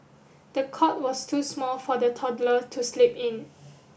the cot was too small for the toddler to sleep in